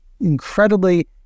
incredibly